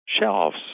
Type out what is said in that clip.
shelves